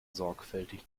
sorgfältig